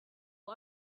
who